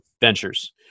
ventures